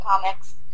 comics